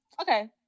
Okay